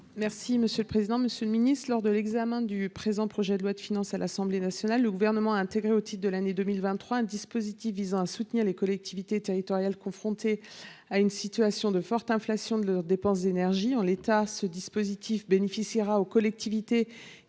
: La parole est à Mme Sylviane Noël. Lors de l'examen du projet de loi de finances à l'Assemblée nationale, le Gouvernement a intégré au titre de l'année 2023 un dispositif visant à soutenir les collectivités territoriales confrontées à une situation de forte inflation de leurs dépenses d'énergie. En l'état, ce dispositif profiterait aux collectivités qui